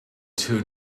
two